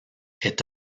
est